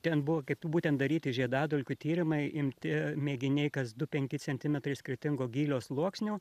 ten buvo kaip būtent daryti žiedadulkių tyrimai imti mėginiai kas du penki centimetrai skirtingo gylio sluoksnių